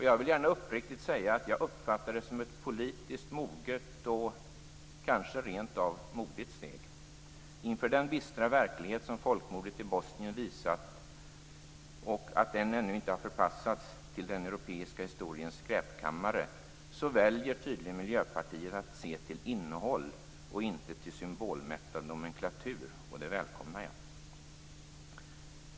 Jag vill gärna uppriktigt säga att jag uppfattar det som ett politiskt moget och kanske rent av modigt steg. Inför den bistra verklighet som folkmordet i Bosnien visat och det faktum att denna ännu inte har förpassats till den europeiska historiens skräpkammare väljer tydligen Miljöpartiet att se till innehåll och inte till symbolmättad nomenklatur, och det välkomnar jag.